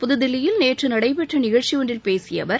புதுதில்லியில் நேற்று நடைபெற்ற நிகழ்ச்சி ஒன்றில் பேசிய அவர்